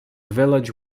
village